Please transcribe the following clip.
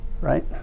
right